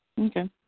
Okay